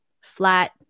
flat